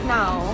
now